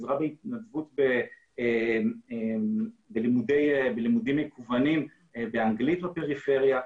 התנדבות בלימודים מקוונים באנגלית בפריפריה.